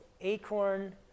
acorn